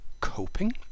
coping